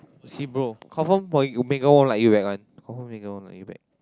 see bro confirm boy Megan won't like you back one confirm Megan won't like you back